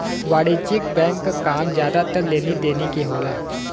वाणिज्यिक बैंक क काम जादातर लेनी देनी के होला